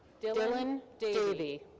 dillon davy.